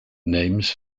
names